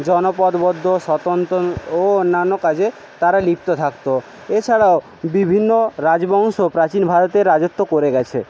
জনপথবদ্ধ স্বতন্ত্র ও অন্যান্য কাজে তারা লিপ্ত থাকত এছাড়াও বিভিন্ন রাজবংশ প্রাচীন ভারতে রাজত্ব করে গেছে